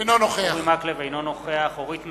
אינו נוכח אורית נוקד,